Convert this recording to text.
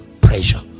pressure